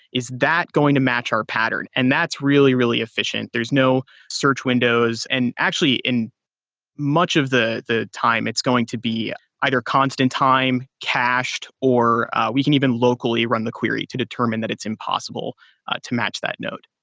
is that going to match our pattern? and that's really, really efficient. there is no search windows. and actually, actually, in much of the the time, it's going to be either constant time, cashed or we can even locally run the query to determine that it's impossible to match that node.